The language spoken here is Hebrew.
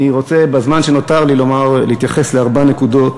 אני רוצה בזמן שנותר לי להתייחס לארבע נקודות